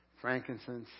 frankincense